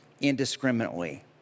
indiscriminately